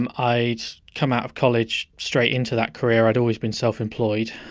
um i'd come out of college straight into that career, i'd always been self-employed.